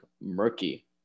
murky